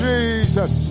Jesus